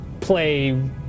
Play